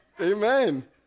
Amen